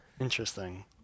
Interesting